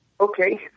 Okay